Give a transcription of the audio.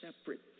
separate